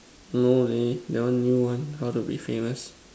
no they that one new one how to be famous